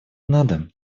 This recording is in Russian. надо